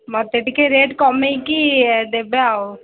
ମୋତେ ଟିକେ ରେଟ୍ କମାଇ କି ଦେବେ ଆଉ